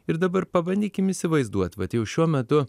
ir dabar pabandykim įsivaizduot vat jau šiuo metu